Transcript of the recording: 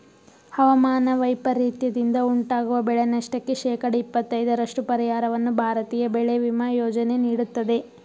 ಹವಾಮಾನ ವೈಪರೀತ್ಯದಿಂದ ಉಂಟಾಗುವ ಬೆಳೆನಷ್ಟಕ್ಕೆ ಶೇಕಡ ಇಪ್ಪತೈದರಷ್ಟು ಪರಿಹಾರವನ್ನು ಭಾರತೀಯ ಬೆಳೆ ವಿಮಾ ಯೋಜನೆ ನೀಡುತ್ತದೆ